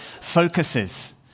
focuses